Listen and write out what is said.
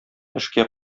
эшкә